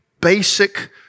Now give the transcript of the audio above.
basic